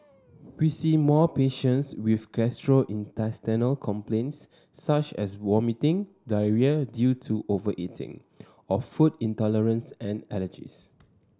we see more patients with gastrointestinal complaints such as vomiting diarrhoea due to overeating or food intolerance and allergies